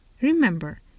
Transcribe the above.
Remember